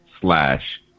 slash